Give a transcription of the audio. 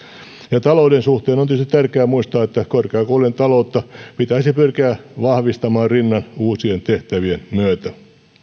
ja talouden suhteen on tietysti tärkeä muistaa että korkeakoulujen taloutta pitäisi pyrkiä vahvistamaan rinnan uusien tehtävien myötä